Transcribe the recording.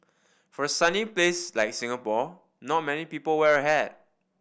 for a sunny place like Singapore not many people wear a hat